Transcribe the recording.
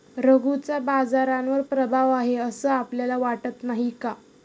रघूचा बाजारावर प्रभाव आहे असं आपल्याला वाटत नाही का?